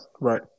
right